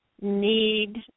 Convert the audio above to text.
need